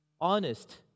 honest